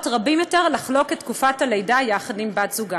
רבים יותר לחלוק את תקופת הלידה יחד עם בת-זוגם.